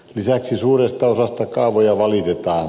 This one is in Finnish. lisäksi suuresta osasta kaavoja valitetaan